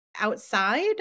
outside